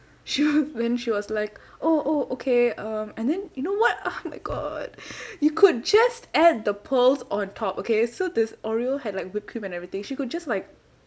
she w~ then she was like oh oh okay um and then you know what ah oh my god you could just add the pearls on top okay so this oreo had like whipped cream and everything she could just like